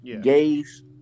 Gays